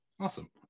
Awesome